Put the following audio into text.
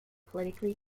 politically